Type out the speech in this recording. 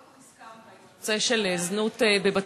לא כל כך הסכמת עם הנושא של זנות בבתי-מלון,